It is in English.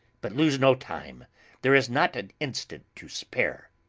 but lose no time there is not an instant to spare.